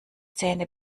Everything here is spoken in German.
zähne